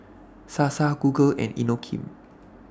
Sasa Google and Inokim